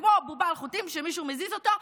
כמו בובה על חוטים שמישהו מזיז אותה,